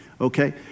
Okay